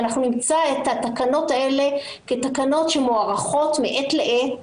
ואנחנו נמצא את התקנות האלה כתקנות שמוארכות מעת לעת,